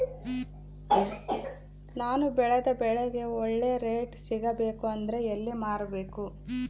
ನಾನು ಬೆಳೆದ ಬೆಳೆಗೆ ಒಳ್ಳೆ ರೇಟ್ ಸಿಗಬೇಕು ಅಂದ್ರೆ ಎಲ್ಲಿ ಮಾರಬೇಕು?